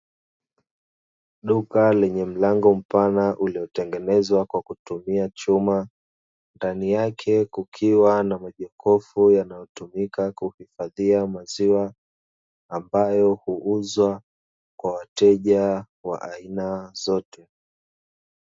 Duka lenye mlango mpana uliotengenezwa kwa kutumia chuma, ndani yake kukiwa na majokofu yanayotumika kuhifadhia maziwa, ambayo huuzwa kwa wateja wa aina zote.